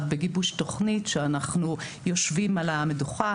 בגיבוש תוכנית שאנחנו יושבים על המדוכה,